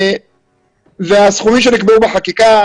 הסכומים שנקבעו בחקיקה,